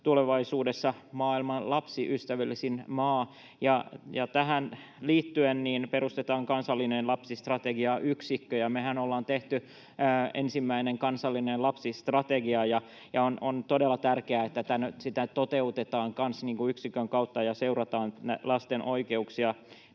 tulevaisuudessa maailman lapsiystävällisin maa ja tähän liittyen perustetaan kansallinen lapsistrategiayksikkö. Mehän ollaan tehty ensimmäinen kansallinen lapsistrategia, ja on todella tärkeää, että sitä toteutetaan kanssa yksikön kautta ja seurataan, miten lasten oikeuksia